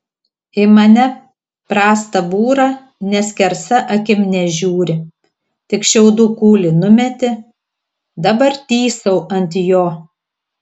į mane prastą būrą nė skersa akim nežiūri tik šiaudų kūlį numetė dabar tysau ant jo